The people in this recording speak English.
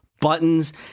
buttons